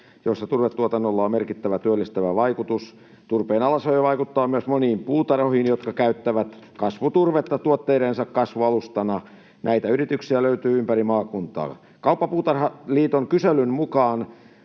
joissa turvetuotannolla on merkittävä työllistävä vaikutus. Turpeen alasajo vaikuttaa myös moniin puutarhoihin, jotka käyttävät kasvuturvetta tuotteidensa kasvualustana. Näitä yrityksiä löytyy ympäri maakuntaa. Kauppapuutarhaliiton kyselyn mukaan